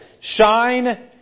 shine